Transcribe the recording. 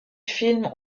film